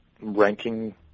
ranking